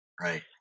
Right